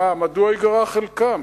מה, מדוע ייגרע חלקן?